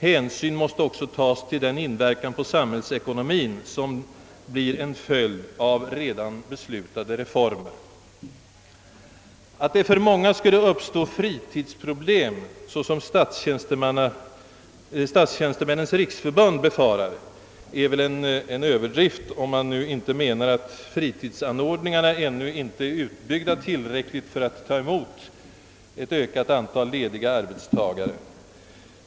Hänsyn måste också tagas till den inverkan på samhällsekonomien som blir en följd av redan beslutade reformer.» Att det för många skulle uppstå fritidsproblem, som Statstjänstemännens riksförbund befarar, är väl en överdrift — om man nu inte menar att fritidsanordningarna ännu inte är utbyggda tillräckligt för att ta emot ett ökat antal lediga arbetstagare.